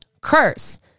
curse